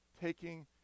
taking